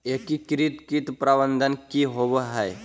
एकीकृत कीट प्रबंधन की होवय हैय?